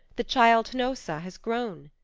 the child hnossa, has grown,